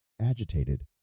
agitated